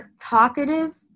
talkative